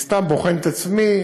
אני סתם בוחן את עצמי.